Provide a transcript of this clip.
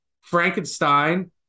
Frankenstein